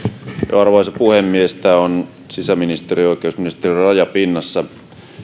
arvoisa puhemies tämä on sisäministeriön ja oikeusministeriön rajapinnassa